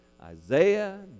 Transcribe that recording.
Isaiah